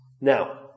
Now